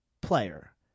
player